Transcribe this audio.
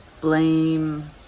blame